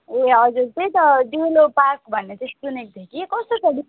ए हजुर त्यही त डेलो पार्क भन्ने चाहिँ सुनेको थिएँ कि कस्तो छ